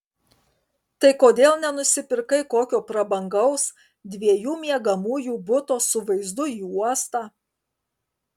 tai kodėl nenusipirkai kokio prabangaus dviejų miegamųjų buto su vaizdu į uostą